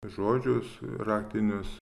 žodžius raktinius